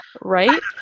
Right